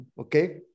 okay